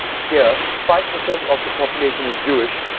here, five percent of the population is jewish,